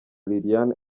liliane